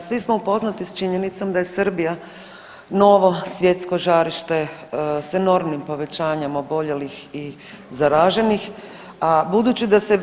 Svi smo upoznati s činjenicom da je Srbija novo svjetsko žarište sa enormnim povećanjem oboljelih i zaraženih, a budući da se